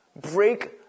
break